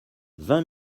vingt